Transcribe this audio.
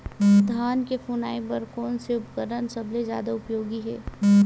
धान के फुनाई बर कोन से उपकरण सबले जादा उपयोगी हे?